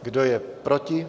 Kdo je proti?